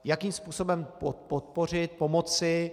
Jakým způsobem podpořit, pomoci?